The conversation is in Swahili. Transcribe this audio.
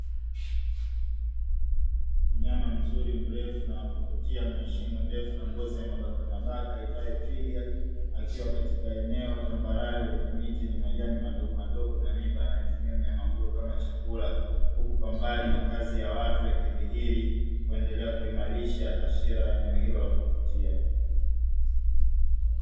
Mnyama mzuri mrefu na wa kuvutia mwenye shingo ndefu na ngozi ya mabaka mabaka aitwae twiga, akiwa katika eneo tambarare lenye miti yenye majani madogo madogo na miba anayotumia mnyama huyo kama chakula, huku kwa mbali makazi ya watu wakidhihiri kuendelea kuimarisha tafsiri eneo hilo la kuvutia.